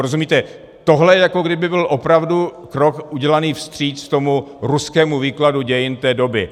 Rozumíte, tohle je, jako by to byl opravdu krok udělaný vstříc tomu ruskému výkladu dějin té doby.